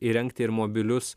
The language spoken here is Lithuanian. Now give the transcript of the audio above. įrengti ir mobilius